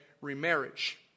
remarriage